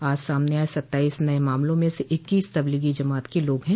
आज सामने आये सत्ताईस नये मामलों में से इक्कीस तबलीगी जमात के लोगों हैं